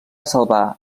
salvar